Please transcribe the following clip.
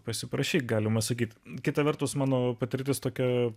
pasiprašyk galima sakyti kita vertus mano patirtis tokia